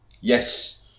Yes